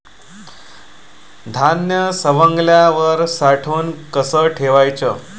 धान्य सवंगल्यावर साठवून कस ठेवाच?